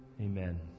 Amen